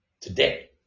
Today